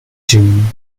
june